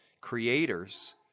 creators